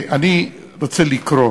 אני רוצה לקרוא